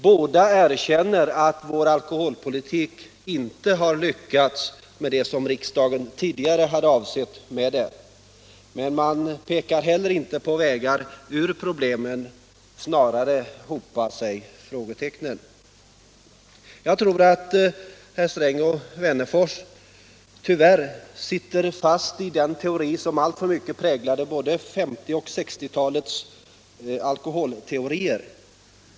Båda erkänner att vår alkoholpolitik inte har lyckats genomföra de intentioner som riksdagen tidigare haft, men man pekar inte heller på vägar ur problemen. Snarare hopar sig frågetecknen. Jag tror att herrar Sträng och Wennerfors tyvärr sitter fast i de tankegångar som alltför mycket präglade 1950 och 1960-talens alkoholteorier.